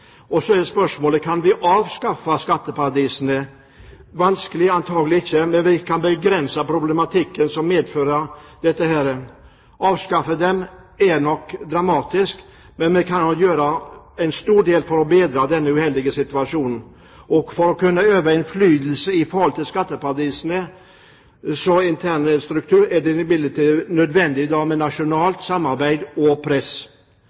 Så er spørsmålet: Kan vi avskaffe skatteparadisene? Det vil være vanskelig. Antakelig kan vi ikke det, men vi kan begrense problematikken som de medfører. «Avskaffe dem» er nok noe drastisk, men vi kan gjøre en del for å bedre denne uheldige situasjonen. For å kunne øve innflytelse på skatteparadisenes interne strukturer er det imidlertid nødvendig med internasjonalt samarbeid og press.